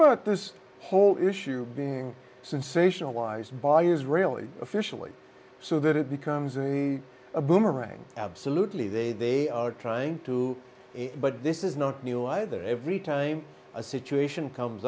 brooke this whole issue being sensationalized by israeli officially so that it becomes really a boomerang absolutely they they are trying to but this is not new either every time a situation comes